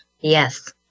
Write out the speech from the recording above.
yes